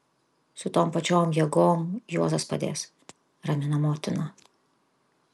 su tom pačiom jėgom juozas padės ramino motina